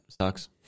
sucks